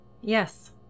Yes